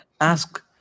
Ask